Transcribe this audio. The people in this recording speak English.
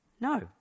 No